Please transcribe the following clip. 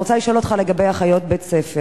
אני רוצה לשאול אותך לגבי אחיות בתי-הספר.